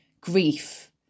grief